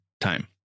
time